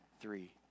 three